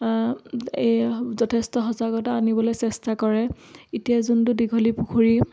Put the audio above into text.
এই যথেষ্ট সজাগতা আনিবলৈ চেষ্টা কৰে এতিয়া যোনটো দীঘলী পুখুৰী